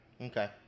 Okay